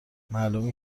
معلومه